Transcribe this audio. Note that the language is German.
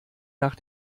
nach